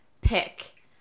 pick